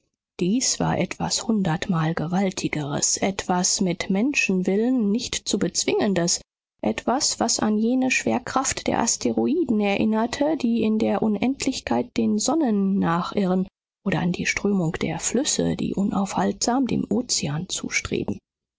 dies war etwas hundertmal gewaltigeres etwas mit menschenwillen nicht zu bezwingendes etwas was an jene schwerkraft der asteroiden erinnerte die in der unendlichkeit den sonnen nachirren oder an die strömung der flüsse die unaufhaltsam dem ozean zustreben